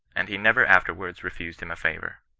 and he never afterwards refused him a favour.